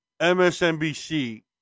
MSNBC